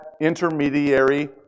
intermediary